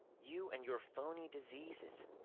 you and your phony diseases.